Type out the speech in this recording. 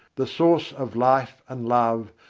the source of life and love,